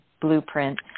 blueprint